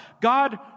God